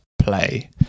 play